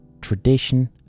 Tradition